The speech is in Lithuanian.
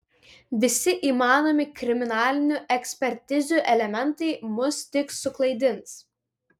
visi įmanomi kriminalinių ekspertizių elementai mus tik suklaidins